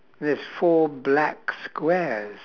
there's four black squares